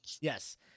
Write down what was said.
Yes